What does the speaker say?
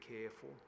careful